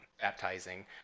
baptizing